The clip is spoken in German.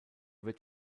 wird